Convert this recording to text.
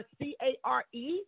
C-A-R-E